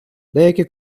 деякі